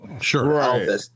Sure